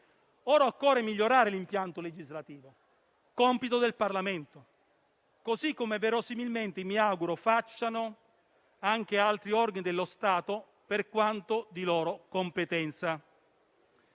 Ora occorre migliorare l'impianto legislativo, il che è compito del Parlamento. Così come, verosimilmente, mi auguro facciano anche altri organi dello Stato per quanto di loro competenza.